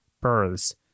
births